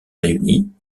réunis